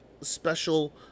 special